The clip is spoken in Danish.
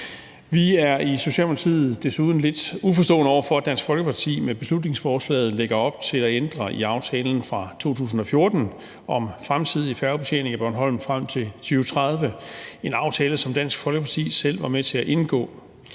Vi er i Socialdemokratiet desuden lidt uforstående over for, at Dansk Folkeparti med beslutningsforslaget lægger op til at ændre i aftalen fra 2014 om den fremtidige færgebetjening af Bornholm frem til 2030. Det var en aftale, som Dansk Folkeparti selv var med til at indgå,